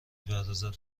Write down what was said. پردازد